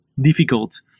difficult